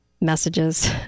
messages